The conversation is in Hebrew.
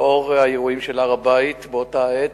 לאור האירועים בהר-הבית באותה עת,